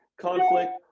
conflict